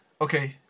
Okay